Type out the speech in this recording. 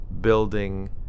building